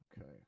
okay